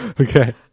Okay